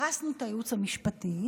הרסנו את הייעוץ המשפטי,